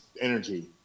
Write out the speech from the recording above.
energy